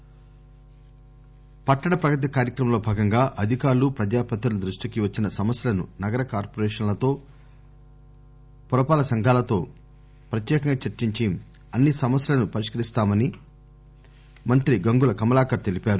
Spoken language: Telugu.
పట్టణ ప్రగతి కరీంనగర్ పట్టణ ప్రగతి కార్యక్రమం లో భాగంగా అధికారులు ప్రజాప్రతిధుల దృష్టికి వచ్చిన సమస్యలను నగర కార్పొషన్లలో పురపాలక సంఘాల లో ప్రత్యేకంగా చర్చించి అన్ని సమస్యలను పరిష్కరిస్తామని మంత్రి గంగుల కమలాకర్ తెలిపారు